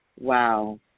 Wow